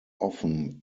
often